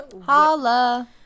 Holla